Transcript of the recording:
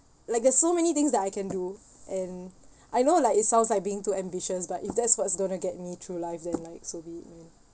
like there's so many things that I can do and I know like it sounds like being too ambitious but if that's what's going to get me through live then like so be it man